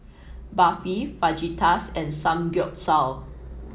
Barfi Fajitas and Samgeyopsal